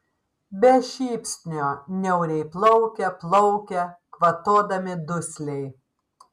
be šypsnio niauriai plaukia plaukia kvatodami dusliai